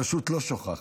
הרשות לא שוכחת,